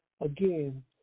Again